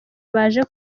baje